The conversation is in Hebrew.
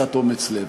קצת אומץ לב.